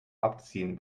abziehen